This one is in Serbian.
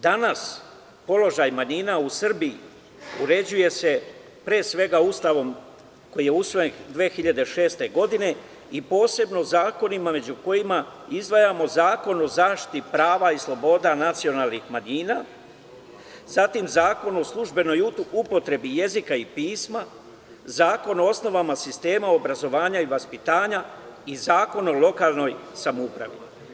Danas položaj manjina u Srbiji uređuje se, pre svega, Ustavom koji je usvojen 2006. godine i posebno zakonima među kojima izdvajamo Zakon o zaštiti prava i sloboda nacionalnih manjina, zatim Zakon o službenoj upotrebi jezika i pisma, Zakon o osnovama sistema obrazovanja i vaspitanja i Zakon o lokalnoj samoupravi.